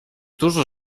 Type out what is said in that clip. dużo